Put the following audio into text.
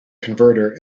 converter